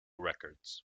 records